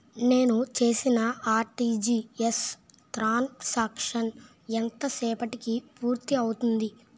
నేను చేసిన RTGS transaction ఎంత సేపటికి పూర్తి అవుతుంది?